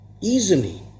easily